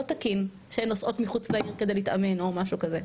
לא תקין שהן נוסעות אל מחוץ לעיר כדי להתאמן או משהו כזה.